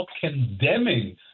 condemning